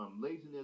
Laziness